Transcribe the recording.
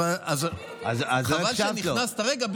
זה לא הצעת חוק פרטית,